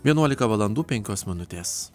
vienuolika valandų penkios minutės